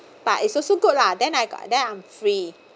but it's also good lah then I got then I'm free